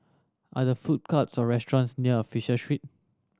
are there food courts or restaurants near Fisher Street